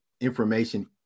information